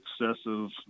excessive